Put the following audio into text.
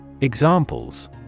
Examples